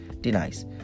denies